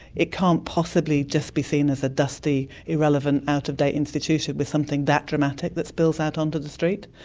it can't possibly just be seen as a dusty, irrelevant, out of date institution with something that dramatic that is built out onto the street.